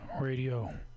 Radio